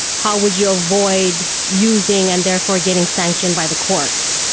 how would you avoid using and therefore getting sanctioned by the court?